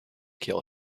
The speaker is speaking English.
kill